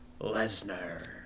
Lesnar